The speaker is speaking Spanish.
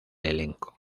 elenco